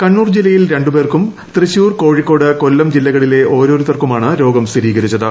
കണ്ണൂർ ജില്ലയിൽ രണ്ട്രുപേർക്കും ത്യശുർ കോഴിക്കോട് കൊല്ലം ജില്ലകളിലെ ഔരോരുത്തർക്കുമാണ് രോഗം സ്ഥിരീകരിച്ചത്